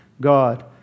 God